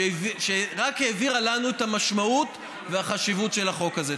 שרק הבהירה לנו את המשמעות ואת החשיבות של החוק הזה.